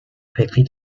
quickly